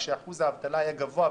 כשאחוז האבטלה היה גבוה,